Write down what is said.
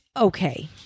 okay